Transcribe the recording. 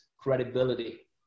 credibility